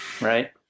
right